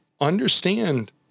understand